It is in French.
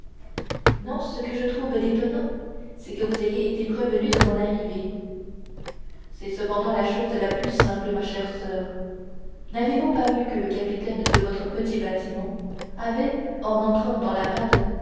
non ce que je trouve d'étonnant c'est que vous ayez été prévenu de mon arrivée c'est cependant la chose la plus simple ma chère soeur n'avez-vous pas vu que le capitaine de votre petit bâtiment avait en entrant dans la rade